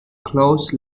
close